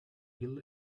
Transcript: hill